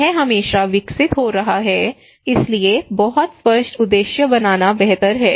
यह हमेशा विकसित हो रहा है इसलिए बहुत स्पष्ट उद्देश्य बनाना बेहतर है